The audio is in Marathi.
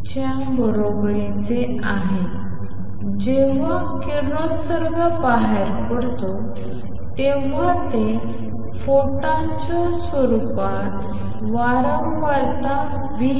νच्या बरोबरीचे आहे जेव्हा किरणोत्सर्ग बाहेर पडतो तेव्हा तो फोटॉनच्या स्वरूपात वारंवारता v